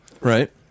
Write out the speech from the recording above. Right